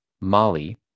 Mali